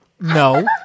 No